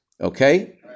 Okay